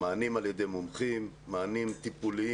מענים על ידי מומחים, מענים טיפוליים